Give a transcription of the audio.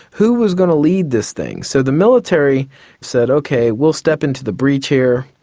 who was going to lead this thing? so the military said, okay, we'll step into the breach here,